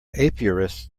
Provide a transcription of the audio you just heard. apiarist